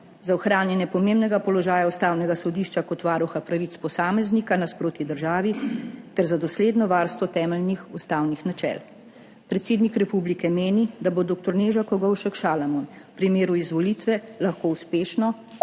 za ohranjanje pomembnega položaja ustavnega sodišča kot varuha pravic posameznika nasproti državi ter za dosledno varstvo temeljnih ustavnih načel. Predsednik republike meni, da bo dr. Neža Kogovšek Šalamon v primeru izvolitve lahko uspešno,